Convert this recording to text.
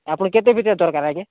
ଆପଣ କେତେ ଭିତରେ ଦରକାର ଆଜ୍ଞା